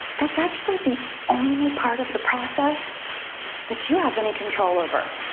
that's actually the only part of the process that you have any control over.